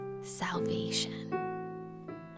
salvation